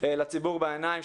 לציבור בעיניים,